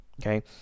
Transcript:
okay